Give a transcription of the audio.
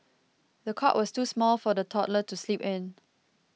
the cot was too small for the toddler to sleep in